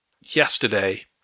yesterday